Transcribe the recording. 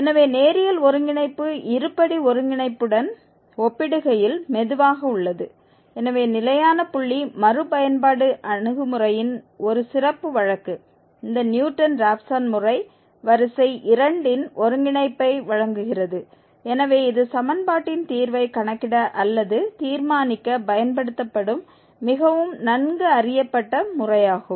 எனவே நேரியல் ஒருங்கிணைப்பு இருபடி ஒருங்கிணைப்புடன் ஒப்பிடுகையில் மெதுவாக உள்ளது எனவே நிலையான புள்ளி மறுபயன்பாடு அணுகுமுறையின் ஒரு சிறப்பு வழக்கு இந்த நியூட்டன் ராப்சன் முறை வரிசை 2 இன் ஒருங்கிணைப்பை வழங்குகிறது எனவே இது சமன்பாட்டின் தீர்வை கணக்கிடஅல்லது தீர்மானிக்க பயன்படுத்தப்படும் மிகவும் நன்கு அறியப்பட்ட முறையாகும்